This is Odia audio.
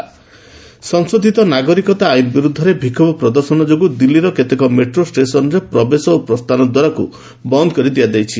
ଦିଲ୍ଲାୀ ମେଟ୍ରୋ କ୍ଲୋଜ୍ଡ ସଂଶୋଧୃତ ନାଗରିକତା ଆଇନ୍ ବିରୁଦ୍ଧରେ ବିକ୍ଷୋଭ ପ୍ରଦର୍ଶନ ଯୋଗୁଁ ଦିଲ୍ଲୀର କେତେକ ମେଟ୍ରୋ ଷ୍ଟେସନର ପ୍ରବେଶ ଓ ପ୍ରସ୍ଥାନ ଦ୍ୱାରକୁ ବନ୍ଦ କରିଦିଆଯାଇଛି